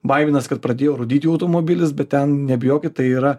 baiminas kad pradėjo rūdyt jų automobilis bet ten nebijokit tai yra